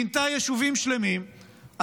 פינתה יישובים שלמים,